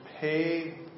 pay